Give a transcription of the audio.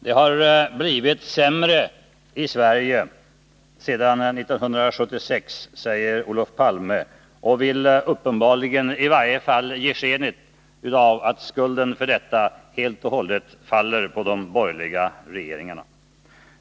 Det har blivit sämre i Sverige sedan 1976, säger Olof Palme och vill uppenbarligen i varje fall ge sken av att skulden för detta helt och hållet faller på de borgerliga regeringarna.